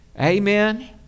amen